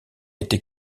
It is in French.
été